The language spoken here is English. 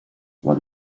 what